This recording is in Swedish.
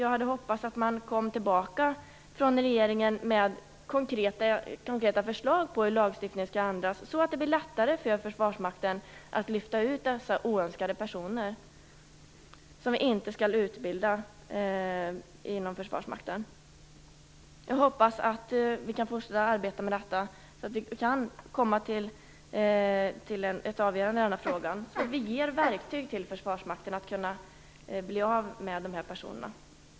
Vi hade hoppats att regeringen skulle komma med konkreta förslag på hur lagstiftningen skall ändras, så att det blir lättare för Försvarsmakten att lyfta ut dessa oönskade personer som inte skall utbildas inom Försvarsmakten. Jag hoppas att vi kan fortsätta att arbeta med detta, så att vi kan komma till ett avgörande i denna fråga och ge verktyg till Försvarsmakten så att den kan bli av med de här personerna.